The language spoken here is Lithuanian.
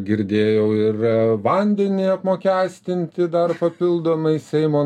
girdėjau ir vandenį apmokestinti dar papildomai seimo